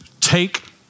take